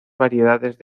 variedades